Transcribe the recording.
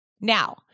Now